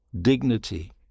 Dignity